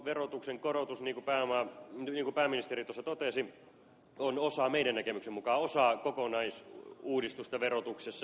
pääomatuloverotuksen korotus niin kuin pääministeri tuossa totesi on meidän näkemyksen mukaan osa kokonaisuudistusta verotuksessa